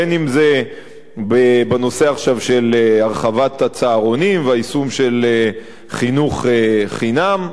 בין שזה בנושא עכשיו של הרחבת הצהרונים והיישום של חינוך חינם,